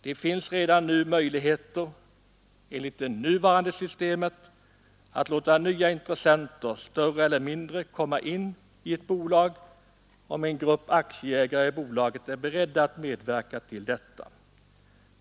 Det finns redan nu möjligheter enligt det nuvarande systemet att låta nya intressenter — större eller mindre — komma in i ett bolag, om en grupp aktieägare i bolaget är beredda att medverka till detta.